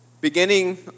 Beginning